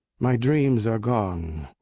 my dreams are gone!